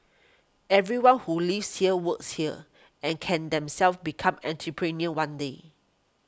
everyone who lives here works here and can themselves become entrepreneurs one day